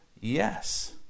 Yes